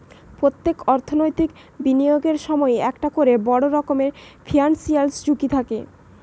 পোত্তেক অর্থনৈতিক বিনিয়োগের সময়ই একটা কোরে বড় রকমের ফিনান্সিয়াল ঝুঁকি থাকে